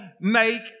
make